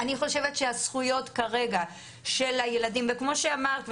אני חושבת שהזכויות של הילדים כמו שאמרת,